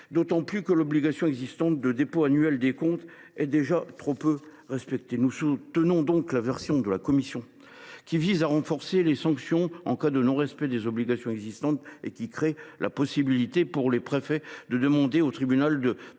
d’autant plus que l’obligation existante de dépôt annuel des comptes est déjà trop peu respectée. Nous soutenons donc la version de la commission qui vise à renforcer les sanctions en cas de non respect des obligations existantes et qui crée la possibilité pour le préfet de demander au tribunal de